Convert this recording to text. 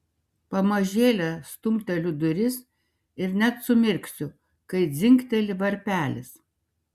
pamažėle stumteliu duris ir net sumirksiu kai dzingteli varpelis